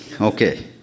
Okay